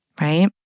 right